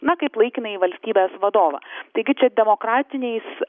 na kaip laikinąjį valstybės vadovą taigi čia demokratiniais